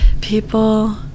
people